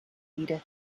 edith